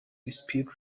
dispute